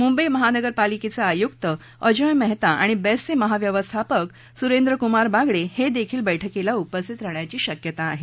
मुंबई महापालिकेचे आयुक्त अजॉय मेहता आणि बेस्टचे महाव्यवस्थापक सुरेंद्रकुमार बागडे हे देखील बैठकीला उपस्थीत राहण्याची शक्यता आहे